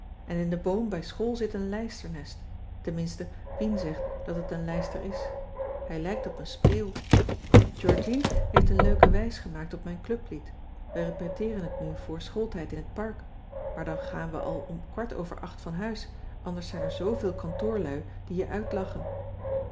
en in den boom bij school zit een lijsternest tenminste pien zegt dat het een lijster is hij lijkt op een spreeuw georgien heeft een leuke wijs gemaakt op mijn clublied we repeteeren het nu voor schooltijd in het park maar dan gaan we al om kwart over acht van huis anders zijn er zooveel kantoorlui die je uitlachen